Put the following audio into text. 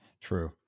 True